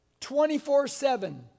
24-7